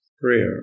prayer